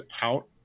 out